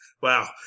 Wow